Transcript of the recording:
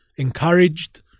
encouraged